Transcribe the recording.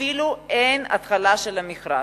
אפילו אין התחלה של המכרז.